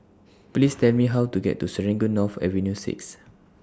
Please Tell Me How to get to Serangoon North Avenue six